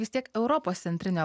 vis tiek europos centrinio